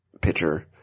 pitcher